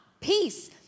peace